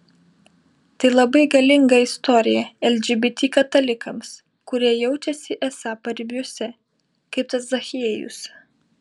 tai labai galinga istorija lgbt katalikams kurie jaučiasi esą paribiuose kaip tas zachiejus